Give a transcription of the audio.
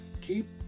keep